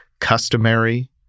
customary